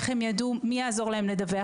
מי יעזור להם לדווח?